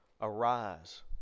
arise